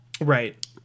Right